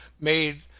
made